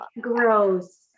gross